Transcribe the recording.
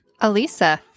Alisa